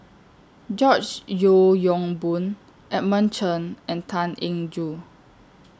George Yeo Yong Boon Edmund Chen and Tan Eng Joo